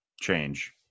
change